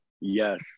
Yes